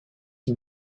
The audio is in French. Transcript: qui